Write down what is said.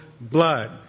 blood